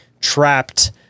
trapped